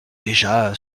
déjà